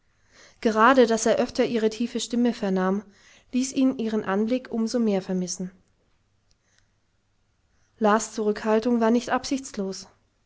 gerade daß er öfter ihre tiefe stimme vernahm ließ ihn ihren anblick um so mehr vermissen las zurückhaltung war nicht